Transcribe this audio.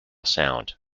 sound